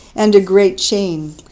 and a great chain.